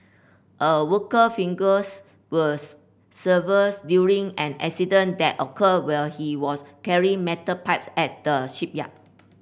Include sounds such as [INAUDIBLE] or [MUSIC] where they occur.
a worker fingers were [UNINTELLIGIBLE] severs during an incident that occurred while he was carrying metal pipe at the shipyard